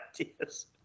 ideas